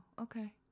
okay